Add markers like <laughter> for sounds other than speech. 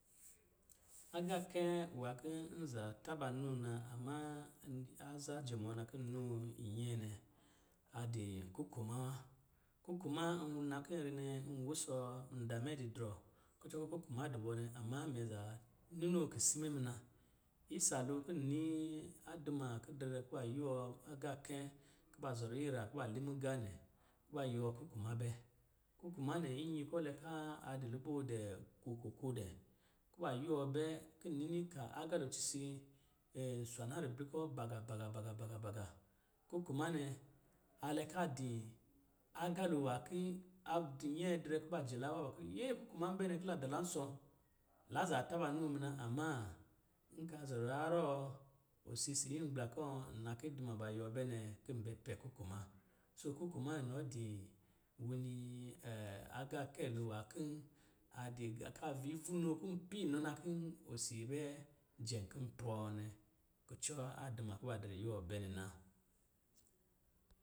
Agaakɛn nwa kɔ̄ nza taba noo na, amma, <hesitation> aza jɔmɔɔ na kɔ̄ nnoo nyɛɛ nɛ, a di kukuma wa. Kukuma nna ki n ri nɛ n wusɔɔ nda mɛ di drɔ kucɔ kɔ̄ kukuma di bɔ nɛ, amma mɛ zaa ninoo kisi mɛ muna. Isa lo ki nii a dumaa kɔ̄ dɛdrɛ kuba yuwɔ agaakɛn kuba zɔrɔ ira kuba li mugā nɛ, kuba yuwɔ kukuma bɛ kukuma nɛ nyi kɔ̄ lɛ kaan a di luboo dɛɛ <unintelligible> kuba yuwɔ bɛ ki nini ka agalo cisin <hesitation> swana ribli kɔ̄ baga-baga-baga baga baga kukuma nɛ, a lɛ ka di agalo nwa ki a di nyɛɛ drɛ kuba jɛ la awa ba ku yɛp kukuma bɛ nɛ, ki l dalansɔ̄, la za taba noo muna, amma, nka zɔrɔ harrɔ, osi si nyi gbla kɔ̄, nna ki duma ba yɔɔ bɛ nɛ, kɔ̄ bɛ pɛ kukuma. Soo, kukuma inɔ di wini <hesitation> agaakɛ lo nwa kɔ̄ a di ka vivunoo kɔ̄ bi nɔ na kɔ̄ osi bɛ jɛ kɔ̄ pɔɔ nɛ, kucɔ a duma kuba dɛdɛrɛ yuwɔ bɛ nɛ na.